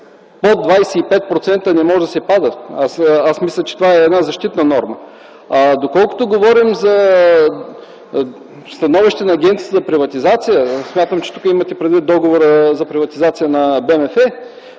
под 25% не може да се пада. Мисля, че това е защитна норма. Доколкото говорим за становище на Агенцията за приватизация, смятам, че тук имате предвид Договора за приватизация на